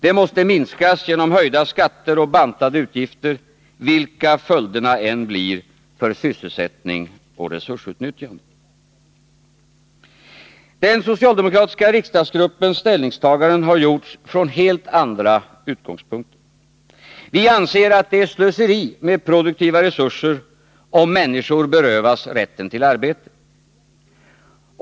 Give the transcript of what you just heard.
Det måste minskas genom höjda skatter och bantade 25 utgifter, vilka följderna än blir för sysselsättning och resursutnyttjande. Den socialdemokratiska riksdagsgruppens ställningstaganden har gjorts från helt andra utgångspunkter. Vi anser att det är slöseri med produktiva resurser, om människor berövas rätten till arbete.